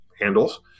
handles